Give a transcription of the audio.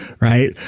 right